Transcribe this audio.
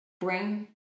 bring